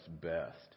best